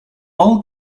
all